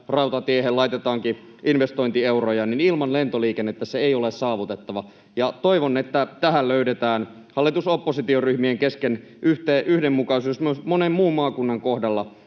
laitetaankin investointieuroja. Ilman lentoliikennettä se ei ole saavutettava. Ja toivon, että siihen löydetään hallitus—oppositio-ryhmien kesken yhdenmukaisuus myös monen muun maakunnan kohdalla,